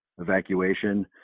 evacuation